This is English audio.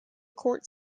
court